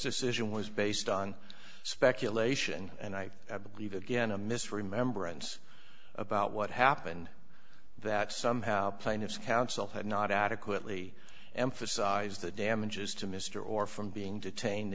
decision was based on speculation and i believe again a mis remembrance about what happened that somehow plaintiff's counsel had not adequately emphasized the damages to mr or from being detained